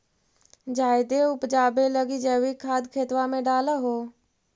जायदे उपजाबे लगी जैवीक खाद खेतबा मे डाल हो?